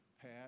Pat